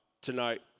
tonight